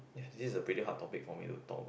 ya this is a pretty hard topic for me to talk about